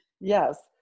Yes